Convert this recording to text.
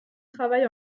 travail